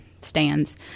stands